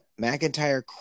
McIntyre